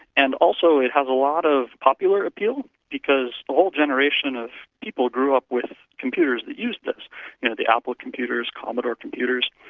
and also it has a lot of popular appeal because a whole generation of people grew up with computers that use you know the apple computers, commodore computers,